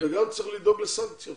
וגם צריך לדאוג לסנקציות.